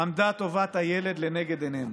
עמדה טובת הילד לנגד עינינו,